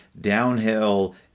downhill